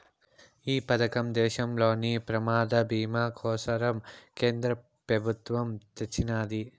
ఈ పదకం దేశంలోని ప్రమాద బీమా కోసరం కేంద్ర పెబుత్వమ్ తెచ్చిన్నాది